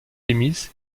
émises